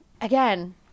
again